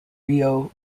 rio